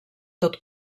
tot